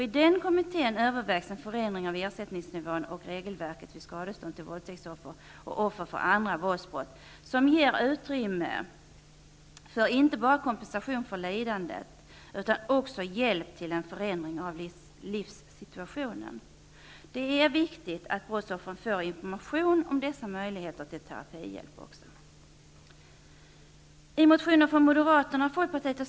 I den kommittén övervägs en förändring av ersättningsnivån och regelverket vid skadestånd till våldtäktsoffer och offer för andra våldsbrott, som inte bara ger utrymme för kompensation för lidande utan också hjälp till en förändring av livssituationen. Det är viktigt att brottsoffren får information om dessa möjligheter till terapihjälp.